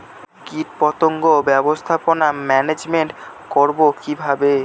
কীটপতঙ্গ ব্যবস্থাপনা ম্যানেজমেন্ট করব কিভাবে?